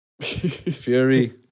Fury